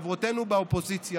שחברותינו באופוזיציה